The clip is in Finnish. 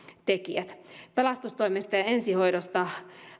tekijät pelastustoimesta ja ensihoidosta